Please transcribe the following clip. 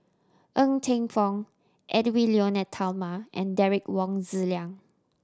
Ng Teng Fong Edwy Lyonet Talma and Derek Wong Zi Liang